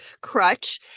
crutch